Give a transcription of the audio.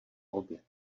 oběd